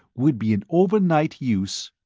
would be in overnight use.